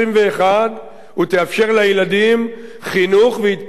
ותאפשר לילדים חינוך והתפתחות ובריאות,